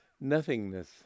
nothingness